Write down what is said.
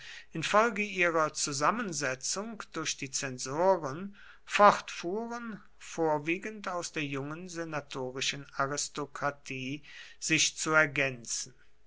infolge ihrer zusammensetzung durch die zensoren fortfuhren vorwiegend aus der jungen senatorischen aristokratie sich zu ergänzen